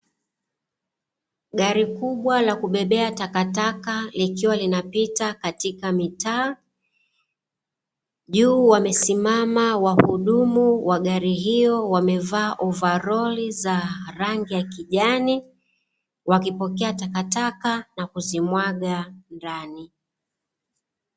Gari kubwa la kubebea takataka likiwa linapita katika mitaa, juu wamesimama wahudumu wa gari hiyo wamevaa ovaroli za rangi ya kijani wakipokea takataka na kuzimwaga ndani